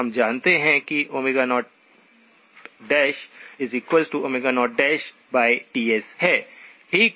हम जानते हैं कि00Tsहै ठीक